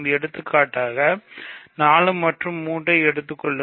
எடுத்துக்காட்டாக 4 மற்றும் 3 ஐ எடுத்துக்கொள்வோம்